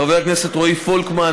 חבר הכנסת רועי פולקמן,